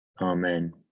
amen